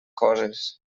coses